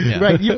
right